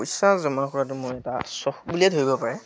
পইচা জমা কৰাটো মোৰ এটা চখ বুলিয়ে ধৰিব পাৰে